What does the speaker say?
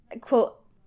quote